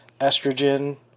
estrogen